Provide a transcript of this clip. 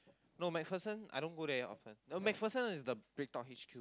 no MacPherson I don't go there often no MacPherson is the BreadTalk I_H_Q